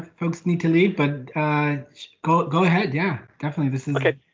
folks need to leave, but go, go ahead. yeah, definitely. this and